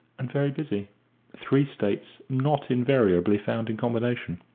and very busy three states not invariably found in combination.